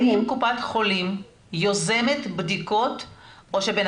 האם קופת חולים יוזמת בדיקות או שבן